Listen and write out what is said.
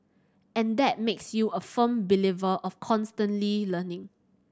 and that makes you a firm believer of constantly learning